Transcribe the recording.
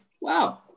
wow